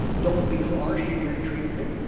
don't be harsh in your treatment,